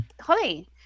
Holly